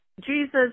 Jesus